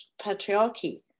patriarchy